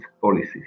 policies